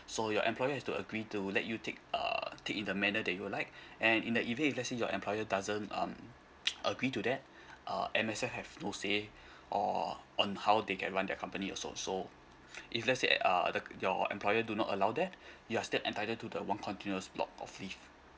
so your employer has to agree to let you take uh take in a manner that you would like and in the event if let's say your employer doesn't um agree to that uh M_S_F have no say on on how they can run the company also so if let's say eh ah that your employer do not allow that you're still entitled to the one continuous block of leave